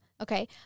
Okay